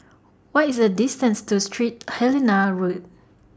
What IS The distance to Street Helena Road